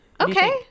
Okay